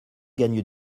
gagne